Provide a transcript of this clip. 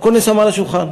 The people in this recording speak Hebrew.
הכול נעשה מעל השולחן.